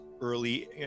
early